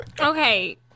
Okay